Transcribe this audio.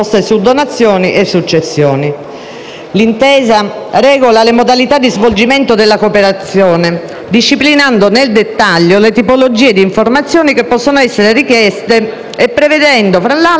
L'intesa regola le modalità di svolgimento della cooperazione, disciplinando nel dettaglio le tipologie di informazioni che possono essere richieste e prevedendo, fra l'altro, il superamento del segreto bancario.